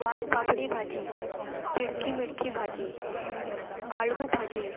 वालपापडी भाजी तिडकी मिडकी भाजी आळगू भाजी